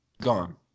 gone